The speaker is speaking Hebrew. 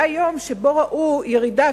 היה יום שבו ראו ירידה.